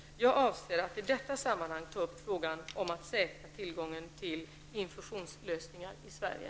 Jag avser att i detta sammanhang ta upp frågan om att säkra tillgången till infusionslösningar i Sverige.